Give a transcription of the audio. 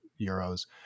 euros